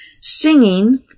Singing